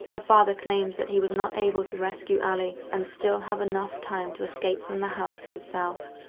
ah father claims that he was not able to rescue allie and still have enough time to escape from the house himself.